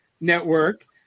network